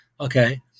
Okay